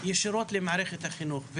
ישירות למערכת החינוך.